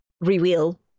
reveal